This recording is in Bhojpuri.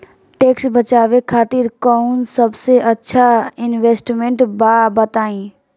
टैक्स बचावे खातिर कऊन सबसे अच्छा इन्वेस्टमेंट बा बताई?